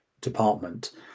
department